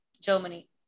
germany